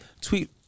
tweet